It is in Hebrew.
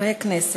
חברי הכנסת,